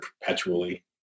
perpetually